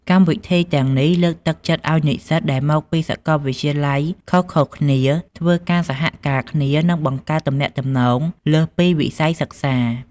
កម្មវិធីទាំងនេះលើកទឹកចិត្តឲ្យនិស្សិតដែលមកពីសកលវិទ្យាល័យខុសៗគ្នាធ្វើការសហការគ្នា និងបង្កើតទំនាក់ទំនងលើសពីវិស័យសិក្សា។